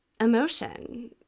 emotion